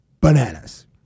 bananas